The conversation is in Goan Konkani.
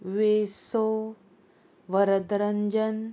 वेसो वरतरंजन